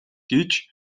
гэж